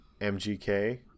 MGK